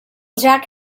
jack